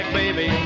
baby